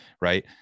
right